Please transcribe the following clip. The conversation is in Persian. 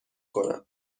کنم